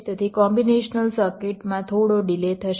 તેથી કોમ્બીનેશનલ સર્કિટમાં થોડો ડિલે થશે